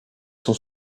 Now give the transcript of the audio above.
sont